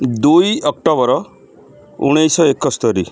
ଦୁଇ ଅକ୍ଟୋବର ଉଣେଇଶହ ଏକସ୍ତରି